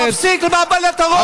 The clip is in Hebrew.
אולי תפסיק עם השקר הטיפשי הזה?